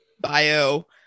bio